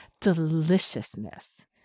deliciousness